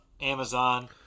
Amazon